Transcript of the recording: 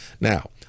now